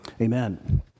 Amen